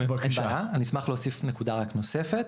אני אשמח להוסיף נקודה נוספת